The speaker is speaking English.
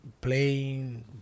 playing